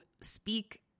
speak